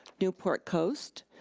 newport coast,